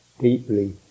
deeply